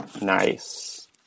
Nice